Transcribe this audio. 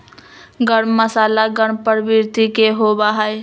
गर्म मसाला गर्म प्रवृत्ति के होबा हई